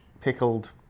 pickled